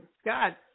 Scott